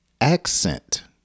accent